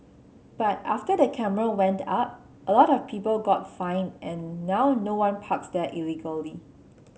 but after the camera went up a lot of people got fined and now no one parks there illegally